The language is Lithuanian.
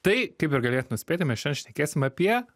tai kaip ir galėjot nuspėti mes šiandien šnekėsime apie